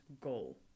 goal